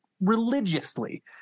religiously